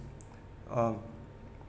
uh